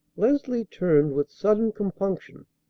leslie turned with sudden compunction.